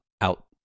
out